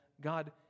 God